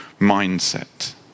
mindset